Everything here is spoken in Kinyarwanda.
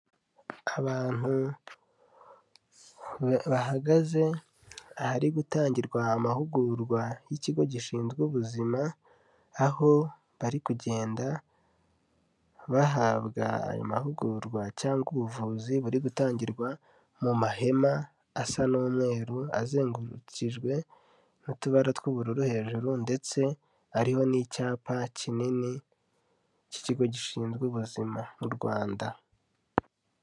Abantu bahagaze ahari gutangirwa amahugurwa y'ikigo gishinzwe ubuzima, aho bari kugenda bahabwa ayo mahugurwa cyangwa ubuvuzi buri gutangirwa mu mahema asa n'umweru, azengurukijwe n'utubara tw'ubururu hejuru, ndetse ariho n'icyapa kinini cy'ikigo gishinzwe ubuzima mu rwanda.